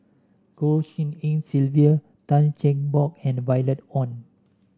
Goh Tshin En Sylvia Tan Cheng Bock and Violet Oon